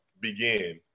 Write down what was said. begin